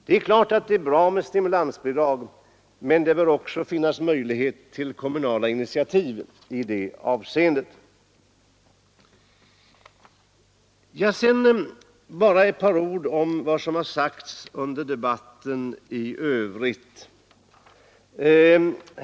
Det är klart att det är bra med stimulansbidrag, men det bör också finnas möjlighet till kommunala initiativ därvidlag. Sedan bara ett par ord om vad som sagts under debatten i övrigt.